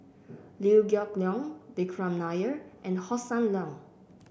Liew Geok Leong Vikram Nair and Hossan Leong